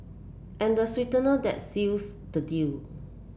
and the sweetener that seals the deal